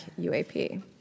UAP